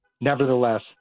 Nevertheless